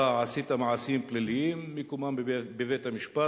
אתה עשית מעשים פליליים, מקומם בבית-המשפט.